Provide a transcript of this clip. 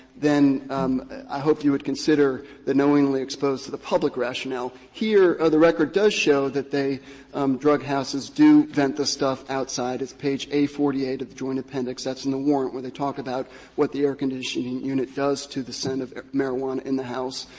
then i hope you would consider the knowingly exposed to the public rationale. here, the record does show that they um drug houses do vent the stuff outside. it's page a forty eight of the joint appendix. that's in the warrant, where they talk about what the air conditioning unit does to the scent of marijuana in the house.